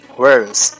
words